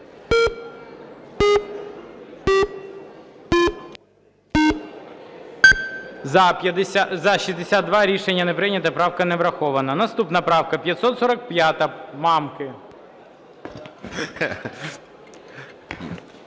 За-62 Рішення не прийнято. Правка не врахована. Наступна правка 545 Мамки.